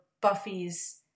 Buffy's